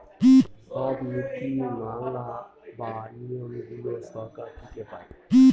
সব নীতি মালা বা নিয়মগুলো সরকার থেকে পায়